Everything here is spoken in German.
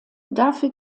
dafür